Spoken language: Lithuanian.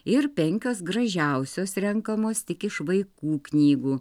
ir penkios gražiausios renkamos tik iš vaikų knygų